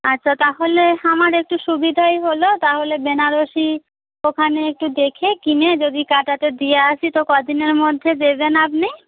আচ্ছা তাহলে আমার একটু সুবিধাই হল তাহলে বেনারসি ওখানে একটু দেখে কিনে যদি কাটাতে দিয়ে আসি তো কদিনের মধ্যে দেবেন আপনি